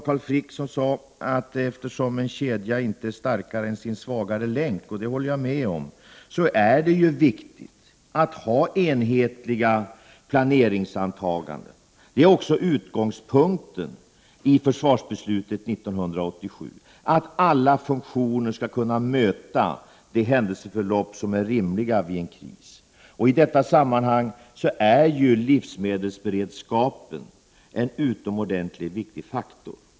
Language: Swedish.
Carl Frick sade att en kedja inte är starkare än sin svagaste länk — och det håller jag med om — och att det därför är viktigt att ha enhetliga planeringsantaganden. Det var också utgångspunkten för försvarsbeslutet 1987, att alla funktioner skall kunna möta de händelseförlopp som är rimliga vid en kris. I detta sammanhang är livsmedelsberedskapen en utomordentligt viktig faktor.